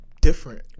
different